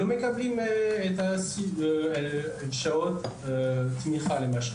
את שעות החונכות,